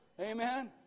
Amen